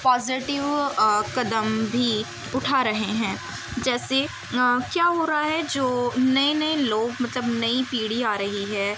positive قدم بھی اٹھا رہے ہیں جیسے کیا ہو رہا ہے جو نئے نئے لوگ مطلب نئی پیڑھی آ رہی ہے